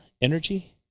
Energy